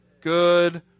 good